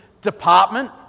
department